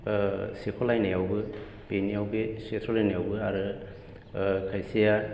सेखलायनायावबो बेनियाव बे सेखलायनायावबो आरो खायसेया